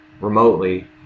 remotely